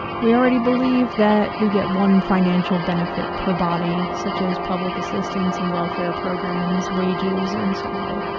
we already believe that we get one financial benefit per body, such as public assistance and welfare programs, wages and so on.